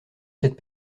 cette